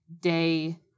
Day